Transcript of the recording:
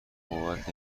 بابت